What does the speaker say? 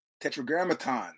tetragrammaton